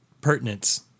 pertinence